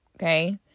okay